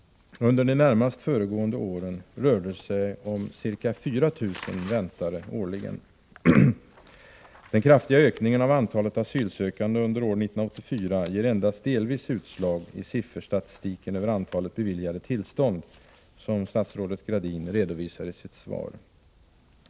Under de närmast föregående åren rörde det sig om ca 4 000 ”väntare” årligen. Den kraftiga ökningen av antalet asylsökande under år 1984 ger endast delvis utslag i sifferstatistiken över antalet beviljade tillstånd, som statsrådet Gradin redovisar i sitt svar.